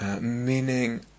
Meaning